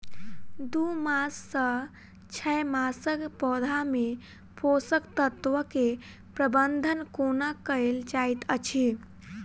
दू मास सँ छै मासक पौधा मे पोसक तत्त्व केँ प्रबंधन कोना कएल जाइत अछि?